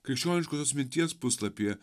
krikščioniškosios minties puslapyje